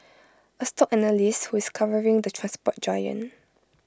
A stock analyst who is covering the transport giant